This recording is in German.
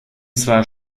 zwar